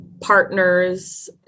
partners